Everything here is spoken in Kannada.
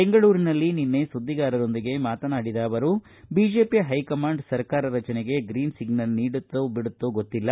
ಬೆಂಗಳೂರಿನಲ್ಲಿ ನಿನ್ನೆ ಸುದ್ದಿಗಾರರೊಂದಿಗೆ ಮಾತನಾಡಿದ ಅವರು ಬಿಜೆಪಿ ಹೈಕಮಾಂಡ್ ಸರ್ಕಾರ ರಚನೆಗೆ ಬ್ರೀನ್ ಸಿಗ್ನಲ್ ನೀಡುತ್ತೋ ಬಿಡುತ್ತೋ ಗೊತ್ತಿಲ್ಲ